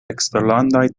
eksterlandaj